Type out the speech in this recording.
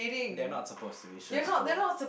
they are not supposed to be stressful